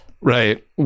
Right